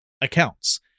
accounts